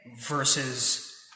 versus